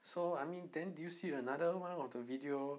so I mean then did you see another one of the video